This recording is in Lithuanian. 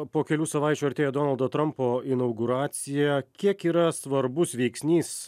po kelių savaičių artėja donaldo trampo inauguracija kiek yra svarbus veiksnys